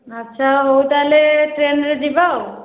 ଆଚ୍ଛା ହଉ ତାହେଲେ ଟ୍ରେନରେ ଯିବା ଆଉ